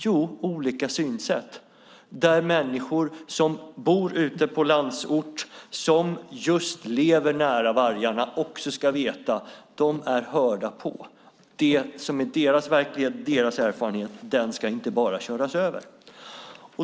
Jo, olika synsätt, där människor som bor ute i landsorten som just lever nära vargarna också ska veta att de är hörda på. Det som är deras verklighet och deras erfarenhet ska inte bara köras över.